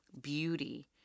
beauty